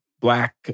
Black